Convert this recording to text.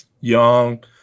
Young